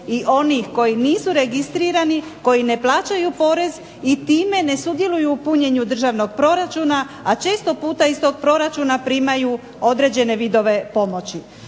i onih koji nisu registrirani, koji ne plaćaju porez i time ne sudjeluju u punjenju državnog proračuna, a često puta iz tog proračuna primaju određene vidove pomoći.